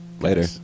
Later